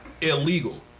illegal